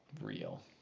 real